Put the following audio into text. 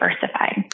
diversified